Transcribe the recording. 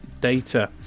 data